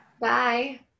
Bye